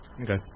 Okay